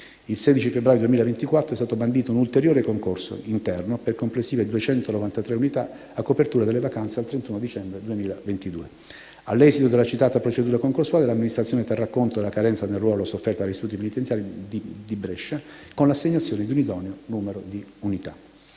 il 16 febbraio 2024 è stato bandito un ulteriore concorso interno per complessive 293 unità a copertura delle vacanze al 31 dicembre 2022. All'esito della citata procedura concorsuale, l'Amministrazione terrà conto della carenza nel ruolo sofferta dagli istituti penitenziari di Brescia con l'assegnazione di un idoneo numero di unità.